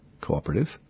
Cooperative